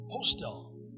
hostel